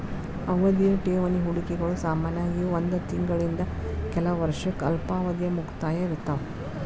ಅವಧಿಯ ಠೇವಣಿ ಹೂಡಿಕೆಗಳು ಸಾಮಾನ್ಯವಾಗಿ ಒಂದ್ ತಿಂಗಳಿಂದ ಕೆಲ ವರ್ಷಕ್ಕ ಅಲ್ಪಾವಧಿಯ ಮುಕ್ತಾಯ ಇರ್ತಾವ